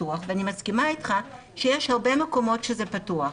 פתוח ואני מסכימה איתך שיש הרבה מקומות שזה פתוח,